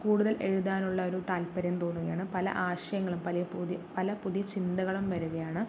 കൂടുതൽ എഴുതാനുള്ള ഒരു താൽപര്യം തോന്നുകയാണ് പല ആശയങ്ങളും പല പുതി പല പുതിയ ചിന്തകളും വരുകയാണ്